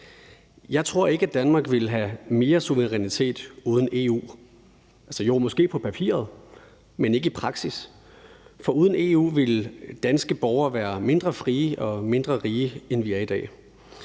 Jeg tror ikke, at Danmark ville have mere suverænitet uden EU. Jo, måske på papiret, men ikke i praksis. For uden EU ville danske borgere være mindre frie og mindre rige, end vi er i dag.